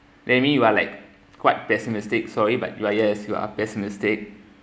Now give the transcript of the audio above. maybe you are like quite pessimistic sorry but you are yes you are pessimistic